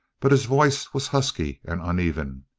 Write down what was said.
but his voice was husky and uneven.